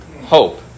Hope